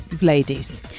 ladies